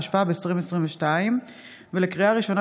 התשפ"ב 2022. לקריאה ראשונה,